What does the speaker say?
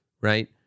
right